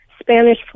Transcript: Spanish